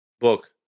book